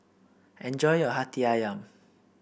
enjoy your Hati ayam